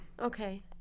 Okay